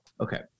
Okay